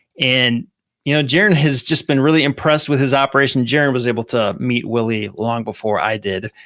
and you know jaren has just been really impressed with his operation. jaren was able to meet willie long before i did.